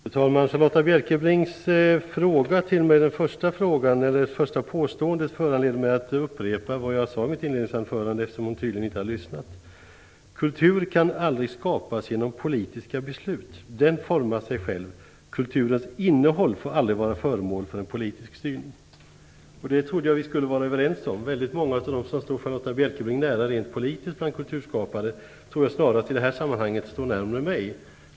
Fru talman! Charlotta Bjälkebrings första påstående föranleder mig att upprepa vad jag sade i mitt inledningsanförande. Hon har tydligen inte lyssnat på det. Kultur kan aldrig skapas genom politiska beslut. Den formar sig själv. Kulturens innehåll får aldrig vara föremål för en politisk styrning. Detta trodde jag att vi skulle vara överens om. Många av kulturskaparna, som rent politiskt står Charlotta Bjälkebring nära, tror jag i det här sammanhanget står närmare mig.